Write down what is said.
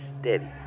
steady